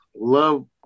love